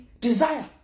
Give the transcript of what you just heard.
desire